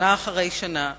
שנה אחרי שנה,